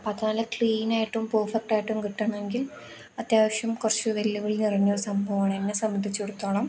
അപ്പം അത് നല്ല ക്ലീന് ആയിട്ടും പേർഫെക്റ്റായിട്ടും കിട്ടണമെങ്കിൽ അത്യാവശ്യം കുറച്ച് വെല്ലുവിളി നിറഞ്ഞൊരു സംഭവമാണ് എന്നെ സംബന്ധിച്ചെടുത്തോളം